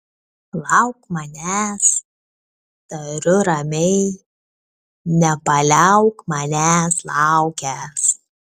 lauk manęs tariu ramiai nepaliauk manęs laukęs